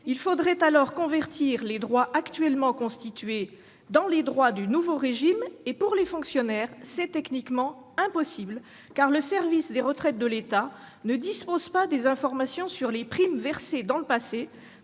Il faudrait alors convertir les droits actuellement constitués dans les droits du nouveau régime. Pour les fonctionnaires, c'est techniquement impossible, puisque le service des retraites de l'État ne dispose pas des informations sur les primes versées dans le passé.